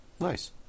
Nice